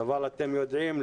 אבל אתם יודעים,